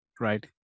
Right